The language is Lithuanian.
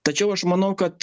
tačiau aš manau kad